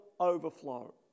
overflow